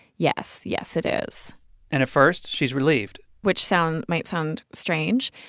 yes. yes, it is and at first, she's relieved which sounds might sound strange.